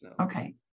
Okay